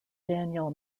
daniel